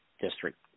District